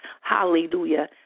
Hallelujah